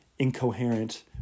incoherent